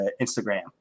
instagram